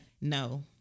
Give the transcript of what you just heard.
No